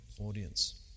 audience